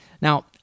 Now